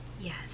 Yes